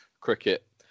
cricket